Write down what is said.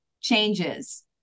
changes